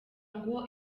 ngo